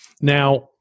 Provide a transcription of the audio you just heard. Now